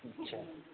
जी साहब जी